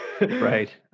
Right